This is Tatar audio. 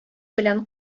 белән